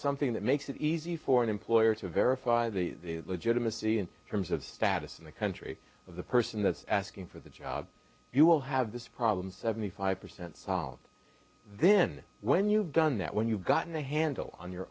something that makes it easy for an employer to verify the legitimacy in terms of status in the country of the person that's asking for the job you will have this problem seventy five percent solved then when you've done that when you've gotten a handle on your